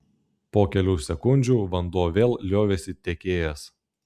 po kelių sekundžių vanduo vėl liovėsi tekėjęs